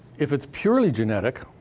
if it's purely genetic,